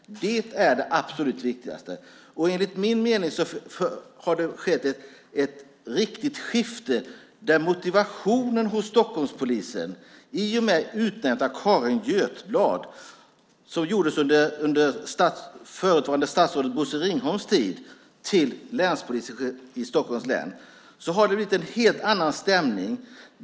Det är det absolut viktigaste. Enligt min mening har det skett ett riktigt skifte när det gäller motivationen hos Stockholmspolisen i och med utnämningen av Carin Götblad till länspolismästare i Stockholms län som gjordes under förutvarande statsrådet Bosse Ringholms tid. Det har blivit en helt annan stämning.